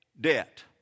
debt